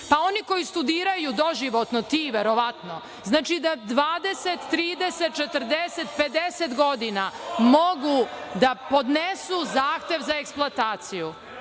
pa oni koji studiraju doživotno, ti verovatno, znači da 20, 30, 40, 50 godina mogu da podnesu zahtev za eksploataciju. Znači,